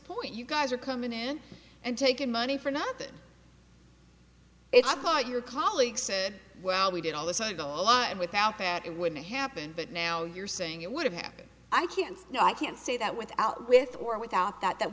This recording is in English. point you guys are coming in and taking money for nothing if i thought your colleague said well we did all this out of the law and without that it wouldn't happen but now you're saying it would have happened i can't no i can't say that without with or without that that